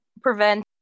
prevent